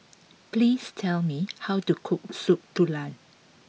please tell me how to cook Soup Tulang